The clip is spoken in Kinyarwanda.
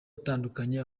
atandukanye